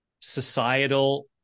societal